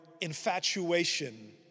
infatuation